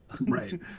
Right